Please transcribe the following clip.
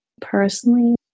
personally